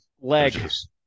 legs